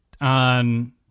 on